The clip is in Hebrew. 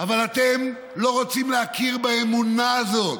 אבל אתם לא רוצים להכיר באמונה הזאת.